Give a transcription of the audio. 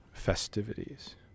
festivities